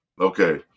Okay